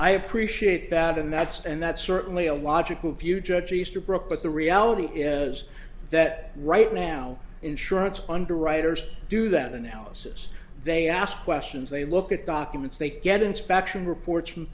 i appreciate that and that's and that's certainly a logical view judge easterbrook but the reality is that right now insurance underwriters do that analysis they ask questions they look at documents they get inspection reports from